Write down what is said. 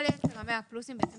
כל אלה של ה-100 פלוסים, אם הם